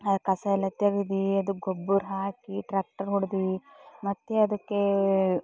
ಕಸ ಎಲ್ಲ ತೆಗೆದು ಅದು ಗೊಬ್ಬರ ಹಾಕಿ ಟ್ರ್ಯಾಕ್ಟರ್ ಹೊಡ್ದು ಮತ್ತು ಅದಕ್ಕೆ